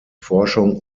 forschung